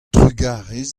trugarez